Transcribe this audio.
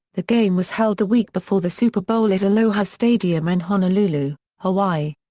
the game was held the week before the super bowl at aloha stadium in honolulu, hawaii.